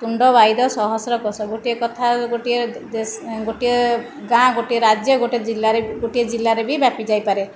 ତୁଣ୍ଡ ବାଇଦ ସହସ୍ର କୋଷ ଗୋଟିଏ କଥା ଗୋଟିଏ ଦେଶ ଗୋଟିଏ ଗାଁ ଗୋଟିଏ ରାଜ୍ୟ ଗୋଟିଏ ଜିଲ୍ଲାରେ ଗୋଟିଏ ଜିଲ୍ଲାରେ ବି ବ୍ୟାପି ଯାଇପାରେ